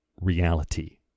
reality